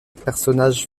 personnage